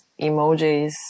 emojis